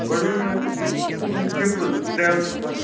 گۄڈٕ ؤنِو حظ یِتھٕے کٔنۍ سِمپُل ٹریولُک بَس